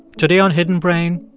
today on hidden brain,